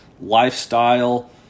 lifestyle